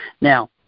Now